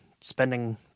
spending